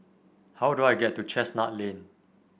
how do I get to Chestnut Lane